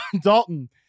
Dalton